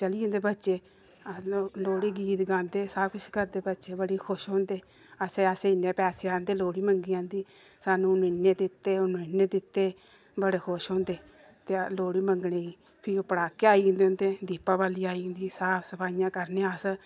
चली जंदे बच्चे आखदे लोह्ड़ी गीत गांदे सब किश करदे बच्चे बड़ी खुश होंदे असें असें इ'न्ने पैसे आंदे लोह्ड़ी मंग्गियै आंदी सानूं उ'नें इ'न्ने दित्ते उ'नें इ'न्ने दित्ते बडे़ खुश होंदे ते लोह्ड़ी मंग्गने गी फिर पटाके आई जंदे उं'दे दिपावली आई जंदी साफ सफाइयां करने अस ते